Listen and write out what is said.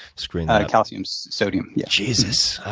screwing that up. calcium sodium. yeah jesus,